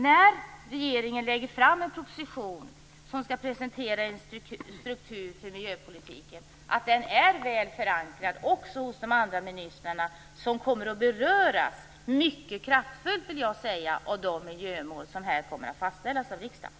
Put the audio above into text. När regeringen lägger fram en proposition där man skall presentera en struktur för miljöpolitiken - är den då väl förankrad också hos de andra ministrarna som också de kommer att beröras mycket kraftfullt av de miljömål som här kommer att fastställas av riksdagen?